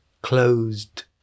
closed